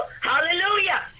hallelujah